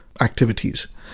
activities